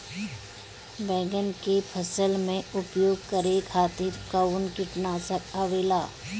बैंगन के फसल में उपयोग करे खातिर कउन कीटनाशक आवेला?